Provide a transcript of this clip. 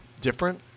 different